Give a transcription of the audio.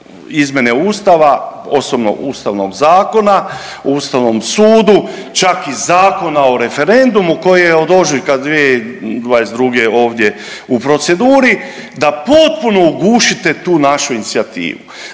izmjene Ustava, osobno Ustavnog zakona o Ustavnom sudu, čak i Zakona o referendumu koji je od ožujka 2022. ovdje u proceduri, da potpuno ugušite tu našu inicijativu.